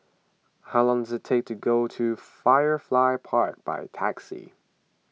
how long does it take to go to Firefly Park by taxi